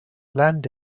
land